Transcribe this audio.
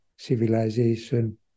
civilization